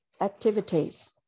activities